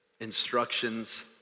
instructions